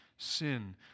Sin